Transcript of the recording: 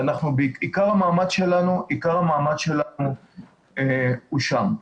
ועיקר המאמץ שלנו הוא שם.